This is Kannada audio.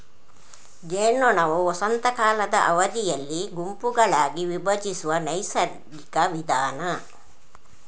ಜೇನ್ನೊಣವು ವಸಂತ ಕಾಲದ ಅವಧಿಯಲ್ಲಿ ಗುಂಪುಗಳಾಗಿ ವಿಭಜಿಸುವ ನೈಸರ್ಗಿಕ ವಿಧಾನ